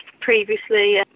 previously